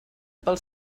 pels